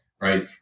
right